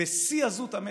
בשיא עזות המצח: